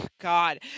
God